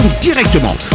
directement